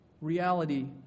Reality